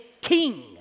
king